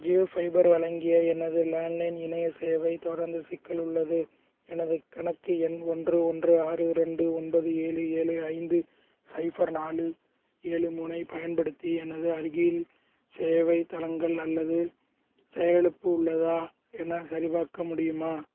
Jio fiber வழங்கிய எனது landline இணையச் சேவை தொடர்ந்து சிக்கல் உள்ளது எனது கணக்கு எண் ஒன்று ஒன்று ஆறு ரெண்டு ஒன்பது ஏழு ஏழு ஐந்து சைஃபர் நாலு ஏழு மூணைப் பயன்படுத்தி எனது அருகில் சேவைத் தடங்கல் அல்லது செயலிழப்பு உள்ளதா எனச் சரிபார்க்க முடியுமா